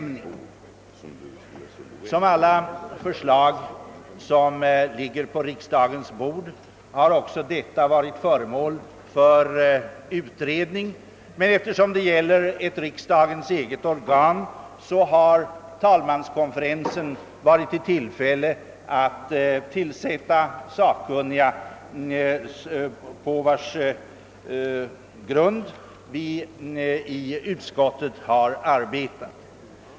Som alla förslag som ligger på riksdagens bord har också detta varit föremål för utredning. Eftersom det gäller ett riksdagens eget organ har talmanskonferensen utsett sakkunniga, vilkas förslag utgjort grunden för utskottets arbete.